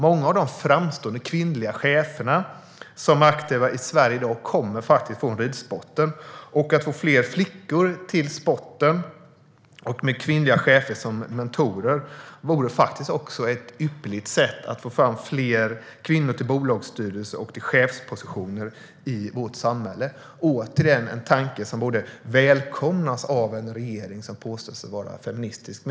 Många av de framstående kvinnliga chefer som är aktiva i Sverige i dag kommer från ridsporten. Att få fler flickor till sporten med kvinnliga chefer som mentorer vore ett ypperligt sätt att få fram fler kvinnor till bolagsstyrelser och till chefspositioner i vårt samhälle. Det är återigen en tanke som borde välkomnas av en regering som påstår sig vara feministisk.